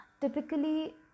Typically